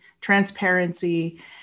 transparency